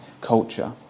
culture